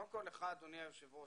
קודם כל, לך אדוני היושב ראש.